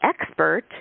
expert